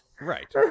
Right